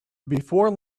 before